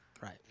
Right